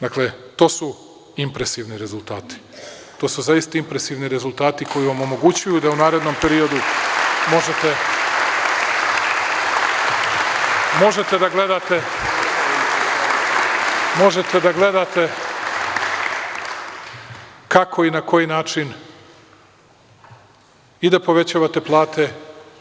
Dakle, to su impresivni rezultati koji vam omogućuju da u narednom periodu možete da gledate kako i na koji način i da povećavate plate